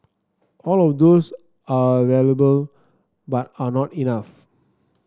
all of those are valuable but are not enough